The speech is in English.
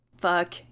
Fuck